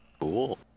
Cool